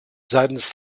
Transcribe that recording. seitens